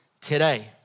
today